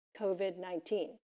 COVID-19